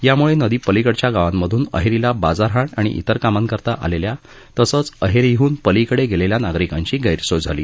यामुळे नदीपलीकडील गावांमधून अहेरीला बाजारहाट आणि तिर कामांकरिता आलेल्या तसेच अहेरीहून पलीकडे गेलेल्या नागरिकांची गर्स्रोय झाली